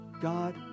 God